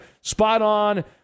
spot-on